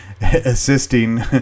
assisting